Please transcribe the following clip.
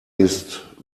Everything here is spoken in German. ist